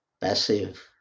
passive